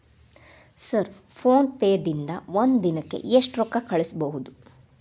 Sir PhonePe ದಿಂದ ಒಂದು ದಿನಕ್ಕೆ ಎಷ್ಟು ರೊಕ್ಕಾ ಕಳಿಸಬಹುದು?